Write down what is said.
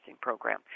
program